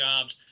jobs